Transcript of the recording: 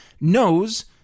knows